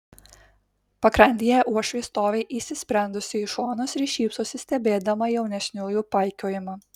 pakrantėje uošvė stovi įsisprendusi į šonus ir šypsosi stebėdama jaunesniųjų paikiojimą